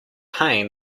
pain